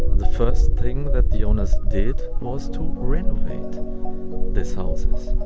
the first thing that the owners did was to renovate these houses.